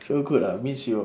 so good ah means your